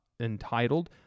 entitled